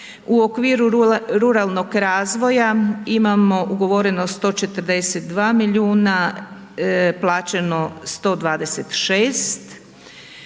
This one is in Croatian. U okviru ruralnog razvoja imamo ugovoreno 142 milijuna, plaćeno 126.